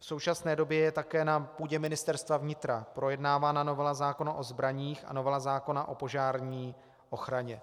V současné době je také na půdě Ministerstva vnitra projednávána novela zákona o zbraních a novela zákona o požární ochraně.